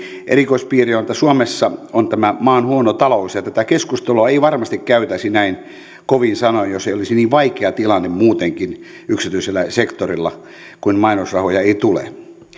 erikoispiirre on että suomessa on tämä maan huono talous ja ja tätä keskustelua ei varmasti käytäisi näin kovin sanoin jos ei olisi niin vaikea tilanne muutenkin yksityisellä sektorilla kun mainosrahoja ei tule